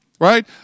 right